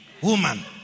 Woman